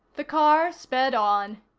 the car sped on.